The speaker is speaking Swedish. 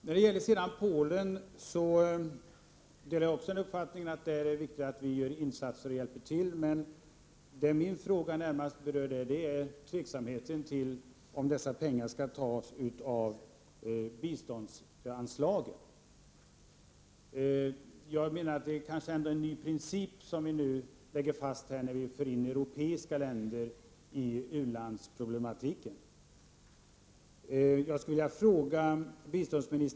När det gäller Polen delar jag också uppfattningen att det är viktigt att vi gör insatser och hjälper till. Min fråga gäller dock huruvida pengarna skall tas ur biståndsanslaget eller ej. Jag menar att vi nu lägger fast en ny princip när vi för in europeiska länder i u-landsproblematiken.